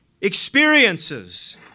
experiences